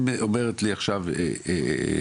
אם אומרת לי עכשיו גברת,